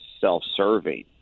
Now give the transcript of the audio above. self-serving